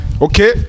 Okay